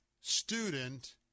student